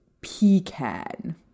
pecan